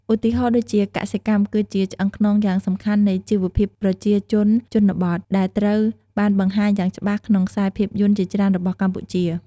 ឧទាហរណ៍ដូចជា កសិកម្ម គឺជាឆ្អឹងខ្នងយ៉ាងសំខាន់នៃជីវភាពប្រជាជនជនបទ ដែលត្រូវបានបង្ហាញយ៉ាងច្បាស់ក្នុងខ្សែភាពយន្តជាច្រើនរបស់កម្ពុជា។